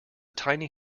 tiny